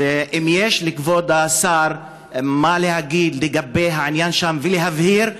אז אם יש לכבוד השר מה להגיד על העניין שם ולהבהיר,